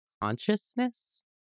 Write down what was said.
consciousness